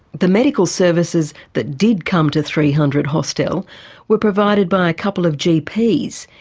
the medical services that did come to three hundred hostel were provided by a couple of gps,